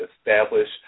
establish